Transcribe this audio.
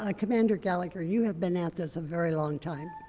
ah commander gallagher, you have been at this a very long time.